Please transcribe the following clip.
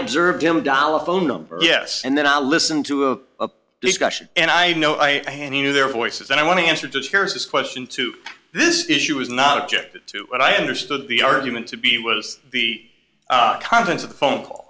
observed him dollar phone number yes and then i listen to a discussion and i know i hand you their voices and i want to answer just here's this question to this issue is not objected to what i understood the argument to be was the contents of the phone call